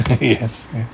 Yes